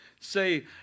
say